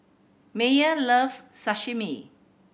Maye loves Sashimi